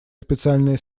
специальная